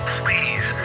please